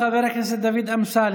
תודה, חבר הכנסת דוד אמסלם.